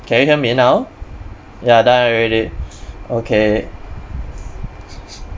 can you hear me now ya done already okay